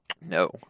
No